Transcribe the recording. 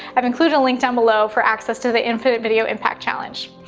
i've included a link down below for access to the infinite video impact challenge.